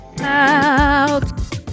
Out